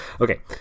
Okay